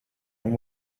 and